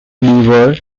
beaver